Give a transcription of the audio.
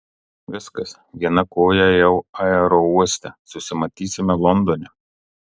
viskas viena koja jau aerouoste susimatysime londone